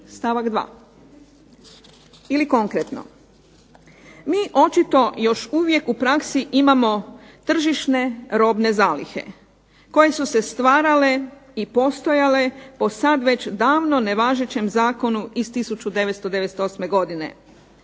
stavak 2. Ili konkretno, mi očito još uvijek u praksi imamo tržišne robne zalihe koje su se stvarale i postojale po sad već davno nevažećem zakonu iz 1998. godine.